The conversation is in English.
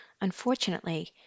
Unfortunately